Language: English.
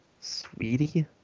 sweetie